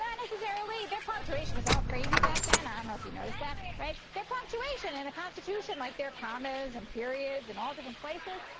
ah necessarily, their punctuation was all crazy back then. i don't know if you noticed that, right, their punctuation in the constitution. like there are commas and periods in all different places.